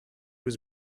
was